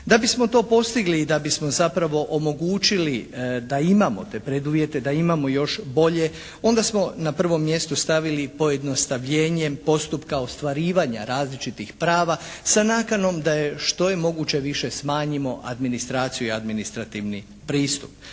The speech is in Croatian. Da bismo to postigli i da bismo zapravo omogućili da imamo te preduvjete, da imamo još bolje onda smo na prvo mjesto stavili pojednostavljenje postupka ostvarivanja različitih prava sa nakanom da je što je moguće više smanjimo administraciju i administrativni pristup.